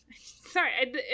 Sorry